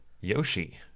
Yoshi